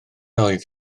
oedd